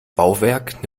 bauwerk